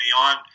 on